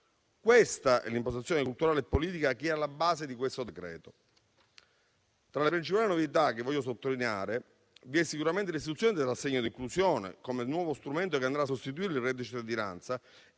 Questa è l'impostazione culturale e politica che è alla base del decreto. Tra le principali novità che voglio sottolineare vi è sicuramente l'istituzione dell'assegno di inclusione, come nuovo strumento che andrà a sostituire il reddito di cittadinanza